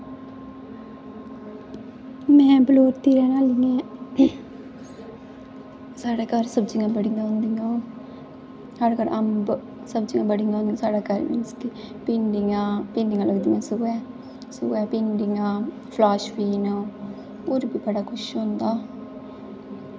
साढ़ै घर सब्जियां बड़ियां होंदियां साढ़ै घर अम्ब सब्जियां बड़ियां होंदियां साढ़ै घर भिंडियां भिंडियां होंदियां सोहै सोहै भिंडियां फलाशबीन होर बी बड़ा कुछ होंदा